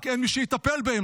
רק אין מי שיטפל בהם,